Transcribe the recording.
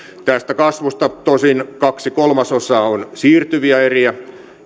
tästä kasvusta tosin kaksi kolmasosaa on siirtyviä eriä